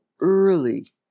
early